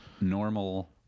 normal